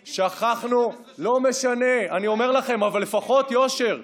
שכחנו, לא משנה, אני אומר לכם, אבל לפחות יושר.